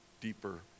deeper